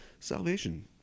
Salvation